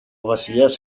βασιλιάς